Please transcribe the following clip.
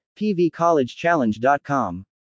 pvcollegechallenge.com